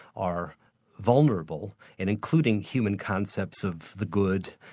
are vulnerable, and including human concepts of the good,